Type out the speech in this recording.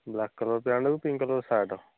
black colour ପ୍ୟାଣ୍ଟ୍କୁ pink colour shirt